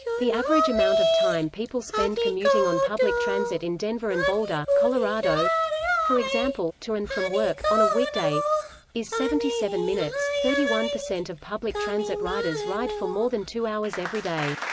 the average amount of time people spend commuting on public transit in denver and boulder, colorado for example, to and from work, on a weekday is seventy seven minutes thirty one percent of public transit riders ride for more than two hours every day.